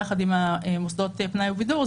יחד עם מוסדות פנאי ובידור,